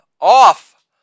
off